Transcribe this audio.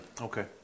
Okay